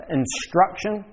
instruction